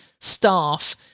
staff